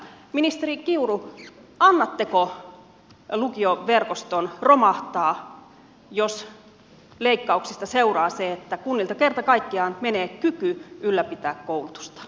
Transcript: ministeri kiuru annatteko lukioverkoston romahtaa jos leikkauksista seuraa se että kunnilta kerta kaikkiaan menee kyky ylläpitää koulutusta